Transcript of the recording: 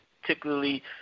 particularly